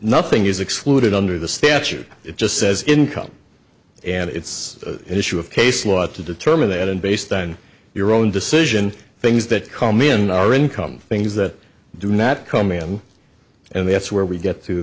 nothing is excluded under the statute it just says income and it's an issue of case law to determine that and based on your own decision things that come in our income things that do not come on and that's where we get t